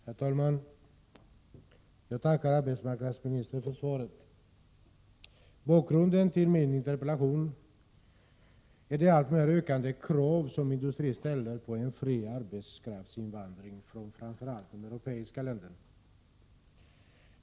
Herr talman! Jag tackar arbetsmarknadsministern för svaret. Bakgrunden till min interpellation är de allt större krav som industrin ställer på en ökad fri arbetskraftsinvandring från framför allt de europeiska länderna.